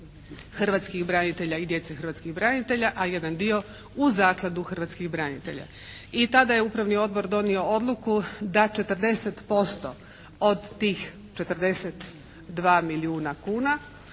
hrvatskih branitelja i djece hrvatskih branitelja, a jedan dio u Zakladu hrvatskih branitelja. I tada je upravni odbor donio odluku da 40% od tih 42 milijuna kuna,